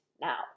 now